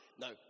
No